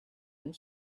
and